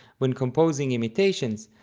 when composing imitations,